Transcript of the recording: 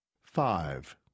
Five